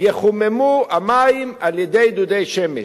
יחוממו המים על-ידי דודי שמש.